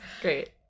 Great